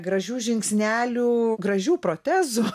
gražių žingsnelių gražių protezų